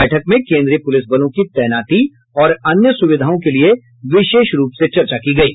बैठक में केन्द्रीय पूलिस बलों की तैनाती और अन्य सुविधाओं के लिए विशेष रूप से चर्चा की गयी